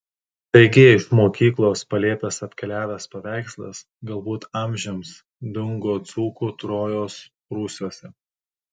taigi iš mokyklos palėpės atkeliavęs paveikslas galbūt amžiams dingo dzūkų trojos rūsiuose